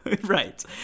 Right